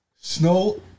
Snow